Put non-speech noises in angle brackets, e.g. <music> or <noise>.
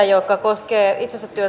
<unintelligible> joka koskee itsensä